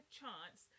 chance